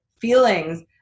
feelings